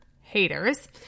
haters